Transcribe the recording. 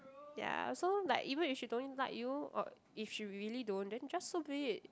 ya so like even if she don't like you or if she really don't then just so be it